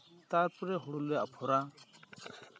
ᱛᱟᱨᱯᱚᱨᱮ ᱦᱩᱲᱩ ᱞᱮ ᱟᱯᱷᱚᱨᱟ